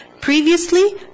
Previously